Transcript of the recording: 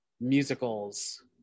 musicals